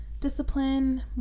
discipline